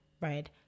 right